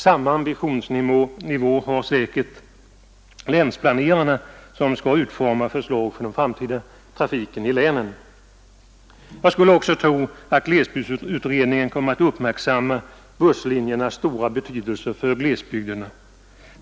Samma ambitionsnivå har säkert länsplanerarna, som skall utforma förslag till den framtida trafiken i länen. Jag skulle också tro att glesbygdsutredningen kommer att uppmärksamma busslinjernas stora betydelse för glesbygderna.